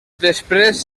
després